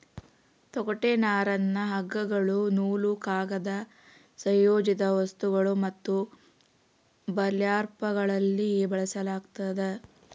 ತೊಗಟೆ ನರನ್ನ ಹಗ್ಗಗಳು ನೂಲು ಕಾಗದ ಸಂಯೋಜಿತ ವಸ್ತುಗಳು ಮತ್ತು ಬರ್ಲ್ಯಾಪ್ಗಳಲ್ಲಿ ಬಳಸಲಾಗ್ತದ